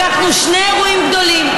לקחנו שני אירועים גדולים,